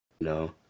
No